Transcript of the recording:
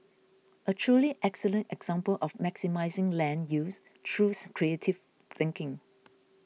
a truly excellent example of maximising land use through creative thinking